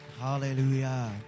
Hallelujah